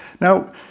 Now